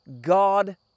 God